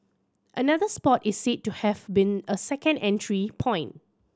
another spot is said to have been a second entry point